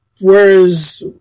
whereas